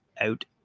out